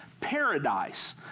paradise